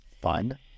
Fine